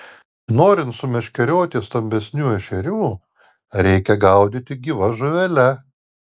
norint sumeškerioti stambesnių ešerių reikia gaudyti gyva žuvele